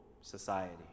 society